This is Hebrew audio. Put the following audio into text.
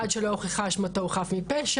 עד שלא הוכחה אשמתו הוא חף מפשע,